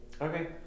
Okay